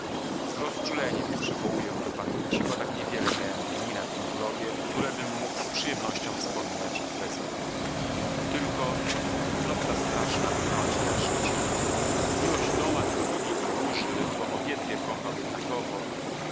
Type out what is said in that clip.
z rozczuleniem je przywołuję do pamięci bo tak niewiele miałem dni na tym globie którebym mógł z przyjemnością wspominać i bez bólu tylko znowu ta straszna ironja życia miłość toma do lili i róży bo obiedwie kochał jednakowo